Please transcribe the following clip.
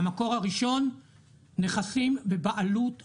המקור הראשון נכסים בבעלות המדינה,